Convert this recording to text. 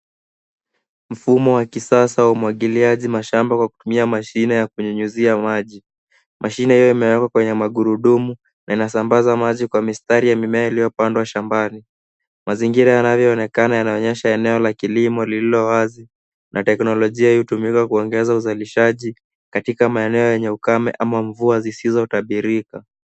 Mfumo wa kisasa wa umwagiliaji mashamba kwa kutumia mashine ya kunyunyuzia maji. Mashine hiyo imewekwa kwenye magurudumu na inasambaza maji kwa mistari ya mimea iliyopandwa shambani. Mazingira yanavyoonekana yanaonyesha eneo la kilimo lililowazi na teknolojia hutumika kuongeza uzalishaji katika maeneo yenye ukame ama mvua zisizotabirika.